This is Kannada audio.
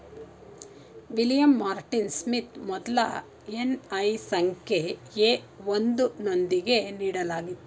ವಿಲಿಯಂ ಮಾರ್ಟಿನ್ ಸ್ಮಿತ್ ಮೊದ್ಲ ಎನ್.ಐ ಸಂಖ್ಯೆ ಎ ಒಂದು ನೊಂದಿಗೆ ನೀಡಲಾಗಿತ್ತು